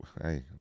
Hey